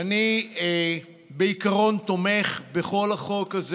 אני בעיקרון תומך בכל החוק הזה.